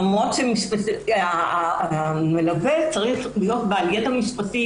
למרות שהמלווה צריך להיות בעל ידע משפטי